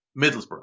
Middlesbrough